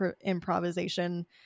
improvisation